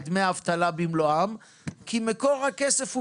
את דמי האבטלה במלואם כי מקור הכסף הוא